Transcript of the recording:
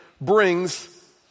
brings